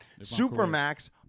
Supermax